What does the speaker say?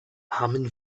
armen